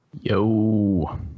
Yo